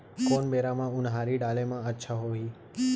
कोन बेरा म उनहारी डाले म अच्छा होही?